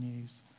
news